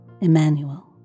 Emmanuel